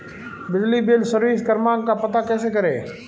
बिजली bill service क्रमांक का पता कैसे करें?